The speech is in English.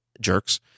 jerks